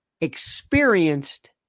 experienced